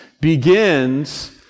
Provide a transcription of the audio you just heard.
begins